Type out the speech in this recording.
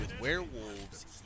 werewolves